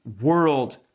world